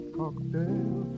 cocktail